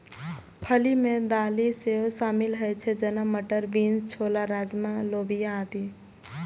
फली मे दालि सेहो शामिल होइ छै, जेना, मटर, बीन्स, छोला, राजमा, लोबिया आदि